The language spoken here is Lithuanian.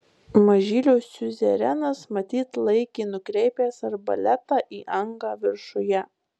mažylio siuzerenas matyt laikė nukreipęs arbaletą į angą viršuje